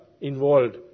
involved